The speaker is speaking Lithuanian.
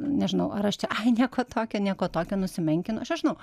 nežinau ar aš čia ai nieko tokio nieko tokio nusimenkinu aš nežinau